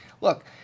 look